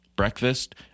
breakfast